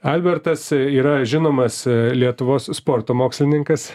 albertas yra žinomas lietuvos sporto mokslininkas